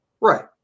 Right